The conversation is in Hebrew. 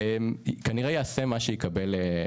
שכנראה בסוף יפעל בכפוף